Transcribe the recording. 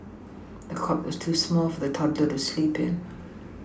the cot was too small for the toddler to sleep in